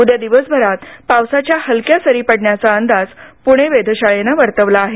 उद्या दिवसभरात पावसाच्या हलक्या सरी पडण्याचा अंदाज पुणे वेधशाळेनं वर्तवला आहे